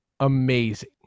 amazing